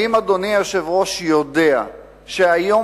האם אדוני היושב-ראש יודע שבגליל